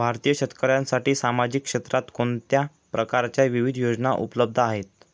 भारतीय शेतकऱ्यांसाठी सामाजिक क्षेत्रात कोणत्या प्रकारच्या विविध योजना उपलब्ध आहेत?